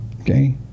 Okay